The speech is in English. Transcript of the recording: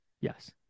Yes